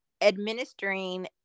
administering